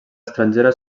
estrangera